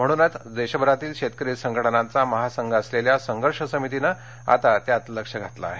म्हणूनच देशभरातील शेतकरी संघटनांचा महासंघ असलेल्या संघर्ष समितीनं आता त्यात लक्ष घातलं आहे